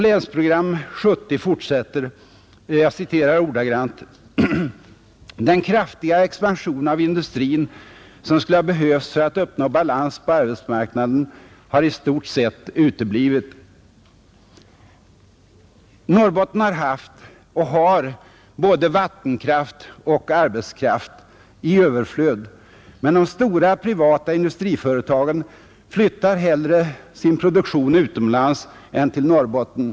Länsprogram 70 fortsätter: ”Den kraftiga expansion av industrin, som skulle ha behövts för att uppnå balans på arbetsmarknaden, har i stort sett uteblivit.” Norrbotten har haft och har både vattenkraft och arbetskraft i överflöd, men de stora privata industriföretagen flyttar hellre sin produktion utomlands än till Norrbotten.